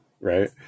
right